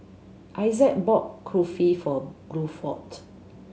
Issac bought Kulfi for Bluford